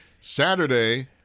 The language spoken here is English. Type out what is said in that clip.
Saturday